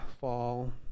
fall